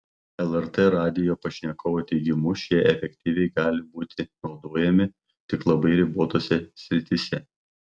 lrt radijo pašnekovo teigimu šie efektyviai gali būti naudojami tik labai ribotose srityse